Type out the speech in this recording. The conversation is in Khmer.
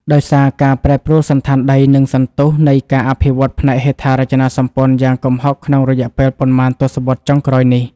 ដោយសារ ការប្រែប្រួលសណ្ឋានដី និងសន្ទុះនៃការអភិវឌ្ឍផ្នែកហេដ្ឋារចនាសម្ព័ន្ធយ៉ាងគំហុកក្នុងរយៈពេលប៉ុន្មានទសវត្សរ៍ចុងក្រោយនេះ។